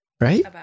Right